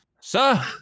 Sir